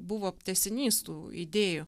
buvo tęsinys tų idėjų